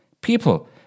People